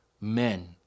men